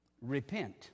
repent